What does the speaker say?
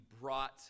brought